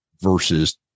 versus